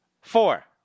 Four